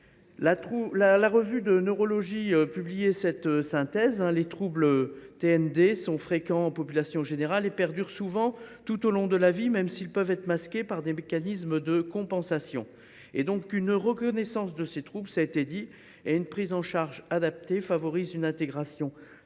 La publiait en avril 2022 cette synthèse :« Les […] TND sont fréquents en population générale et perdurent souvent tout au long de la vie, même s’ils peuvent être masqués par des mécanismes de compensation. […] Une reconnaissance des troubles et une prise en charge adaptée favorisent une intégration